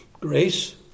Grace